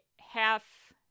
half